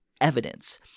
evidence